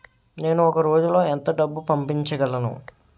నేను ఒక రోజులో ఎంత డబ్బు పంపించగలను?